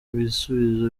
bisubizo